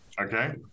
Okay